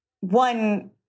one